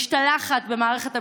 משתלחת במערכת המשפט.